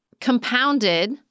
compounded